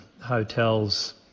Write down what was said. hotels